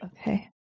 Okay